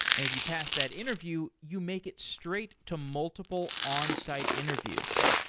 if you pass that interview, you make it straight to multiple onsite interviews.